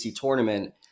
tournament